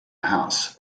house